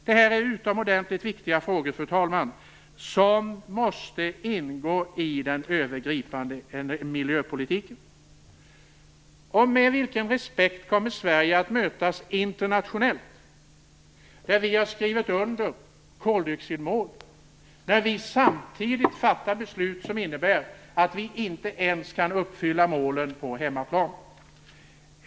Det här är utomordentligt viktiga frågor som måste ingå i den övergripande miljöpolitiken, fru talman. Med vilken respekt kommer Sverige att mötas internationellt, där vi har skrivit under koldioxidmål, när vi samtidigt fattar beslut som innebär att vi inte ens kan uppfylla målen på hemmaplan?